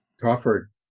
Crawford